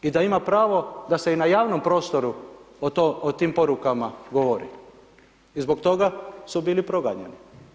I da ima pravo da se i na javnom prostoru o tim porukama govori i zbog toga su bili proganjani.